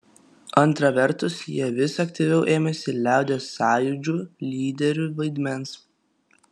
antra vertus jie vis aktyviau ėmėsi liaudies sąjūdžių lyderių vaidmens